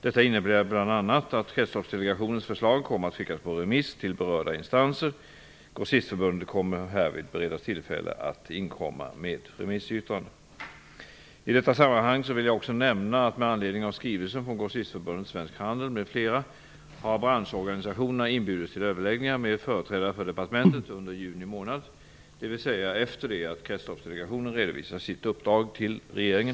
Detta innebär bl.a. att Kretsloppsdelegationens förslag kommer att skickas på remiss till berörda instanser. Grossistförbundet kommer härvid att beredas tillfälle att inkomma med remissyttrande. I detta sammanhang vill jag också med anledning av skrivelsen från Grossistförbundet Svensk Handel m.fl. nämna att branschorganisationerna har inbjudits till överläggningar med företrädare för departementet under juni månad, dvs. efter det att Kretsloppsdelegationen redovisat sitt uppdrag till regeringen.